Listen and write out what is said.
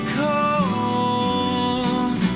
cold